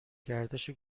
گردش